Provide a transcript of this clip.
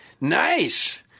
Nice